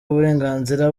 uburenganzira